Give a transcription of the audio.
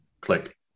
click